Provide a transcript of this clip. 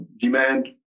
demand